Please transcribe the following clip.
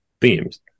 themes